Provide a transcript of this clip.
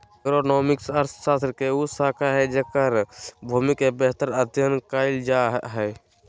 agronomics अर्थशास्त्र के उ शाखा हइ जेकर भूमि के बेहतर अध्यन कायल जा हइ